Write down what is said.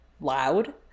loud